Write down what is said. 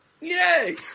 Yay